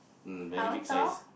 mm very big size